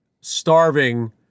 starving